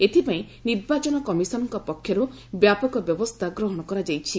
ଏଥିପାଇଁ ନିର୍ବାଚନ କମିଶନଙ୍କ ପକ୍ଷରୁ ବ୍ୟାପକ ବ୍ୟବସ୍ଥା ଗ୍ରହଣ କରାଯାଇଛି